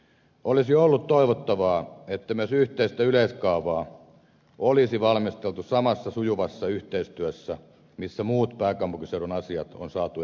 olisi ollut toivottavaa että myös yhteistä yleiskaavaa olisi valmisteltu samassa sujuvassa yhteistyössä missä muut pääkaupunkiseudun asiat on saatu etenemään